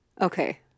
Okay